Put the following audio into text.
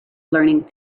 learning